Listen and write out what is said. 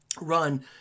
run